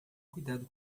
cuidado